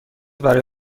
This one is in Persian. برای